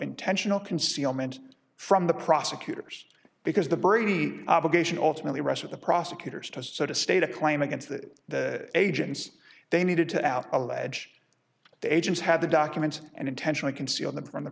intentional concealment from the prosecutors because the brady obligation ultimately rest of the prosecutor's to so to state a claim against the agents they needed to out allege the agents had the documents and intentionally concealed them from the